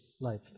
life